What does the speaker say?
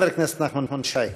חבר הכנסת נחמן שי.